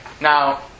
Now